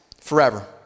forever